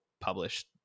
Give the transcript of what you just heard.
published